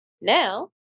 Now